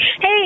Hey